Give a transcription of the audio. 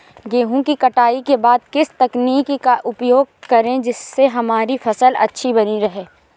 गेहूँ की कटाई के बाद किस तकनीक का उपयोग करें जिससे हमारी फसल अच्छी बनी रहे?